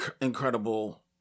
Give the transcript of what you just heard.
incredible